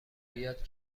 بیاد